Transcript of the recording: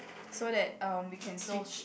so that um we can switch